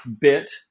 bit